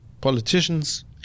politicians